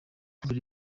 buri